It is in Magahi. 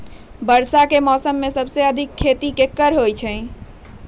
वर्षा के मौसम में सबसे अधिक खेती केकर होई?